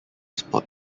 spot